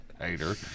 Hater